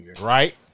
Right